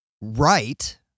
right